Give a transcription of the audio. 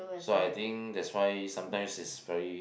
so I think that's why sometimes it's very